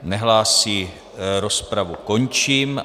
Nehlásí, rozpravu končím.